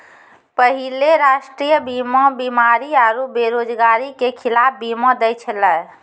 पहिले राष्ट्रीय बीमा बीमारी आरु बेरोजगारी के खिलाफ बीमा दै छलै